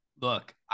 Look